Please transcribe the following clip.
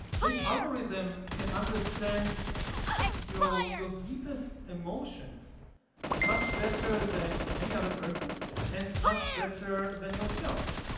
this algorithm can understand your your deepest emotions much better than any other person and much better than yourself.